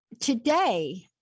today